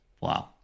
Wow